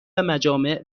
مجامع